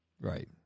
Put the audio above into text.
Right